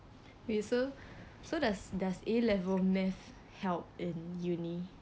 so so does does A level math help in uni